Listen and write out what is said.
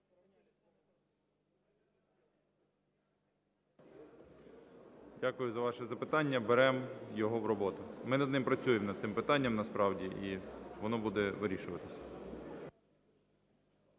Дякую за ваше запитання. Беремо його в роботу. Ми над ним працюємо над цим питанням насправді, і воно буде вирішуватися.